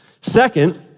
Second